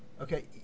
okay